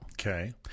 Okay